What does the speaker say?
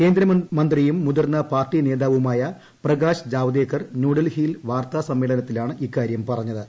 കേന്ദ്രമന്ത്രിയും മുതിർന്ന പാർട്ടി നേതാവുമായ പ്രകാശ് ജാവദേക്കർ ന്യൂഡൽഹിയിൽ വാർത്താസമ്മേളനത്തിലാണ് ഇക്കാരൃം പറഞ്ഞത്